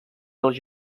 dels